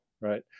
right